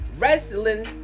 Wrestling